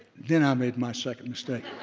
then i made my second mistake.